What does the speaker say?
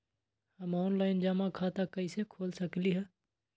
हम ऑनलाइन जमा खाता कईसे खोल सकली ह?